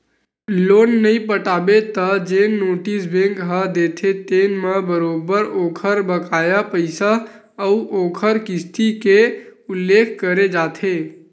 loan नइ पटाबे त जेन नोटिस बेंक ह देथे तेन म बरोबर ओखर बकाया पइसा अउ ओखर किस्ती के उल्लेख करे जाथे